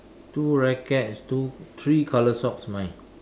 two rackets two three colour socks mine